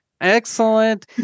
Excellent